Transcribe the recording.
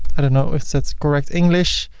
i don't know if that's correct english,